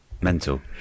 Mental